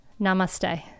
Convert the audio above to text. Namaste